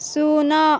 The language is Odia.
ଶୂନ